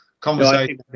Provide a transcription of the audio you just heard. conversation